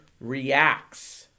reacts